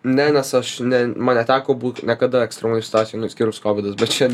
ne nes aš ne man neteko būt niekada ekstremalioj situacijoj nu išskyrus kovidas bet čia